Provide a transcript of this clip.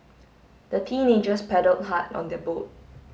the teenagers paddled hard on their boat